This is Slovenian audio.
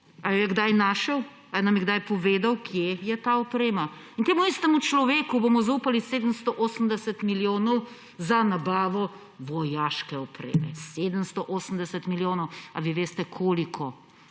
A jo je kdaj našel, a nam je kdaj povedal, kje je ta oprema? In temu istemu človeku bomo zaupali 780 milijonov za nabavo vojaške opreme. 780 milijonov! A vi veste, koliko